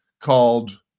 called